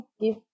give